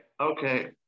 Okay